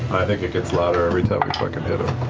think it gets louder every time we fucking hit him.